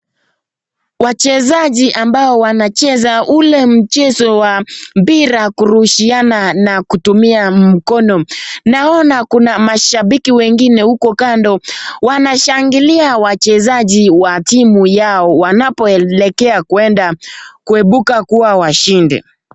Wachezaji ambao wanacheza ule mchezo wa mpira kurushiana na kutumia mkono. Naona kuna mashambiki wengine uko kando wanashangilia wachezaji wa timu yao wanapoelekea kueda kuebuka kuwa washindi.